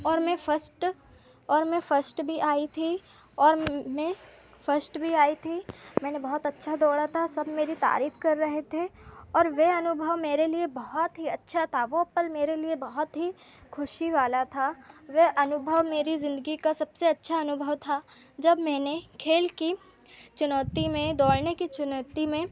और मैं फस्ट और मैं फस्ट भी आई थी और मैं फस्ट भी आई थी मैंने बहुत अच्छा दौड़ा था सब मेरी तारीफ भी कर रहे थे और वे अनुभव मेरे लिए बहुत ही अच्छा था और वह पल मेरे लिए बहुत ही ख़ुशी वाला था वे अनुभव मेरी ज़िंदगी का सबसे अच्छा अनुभव था जब मैंने खेल कि चुनौती में दौड़ने कि चुनौती में